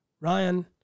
Ryan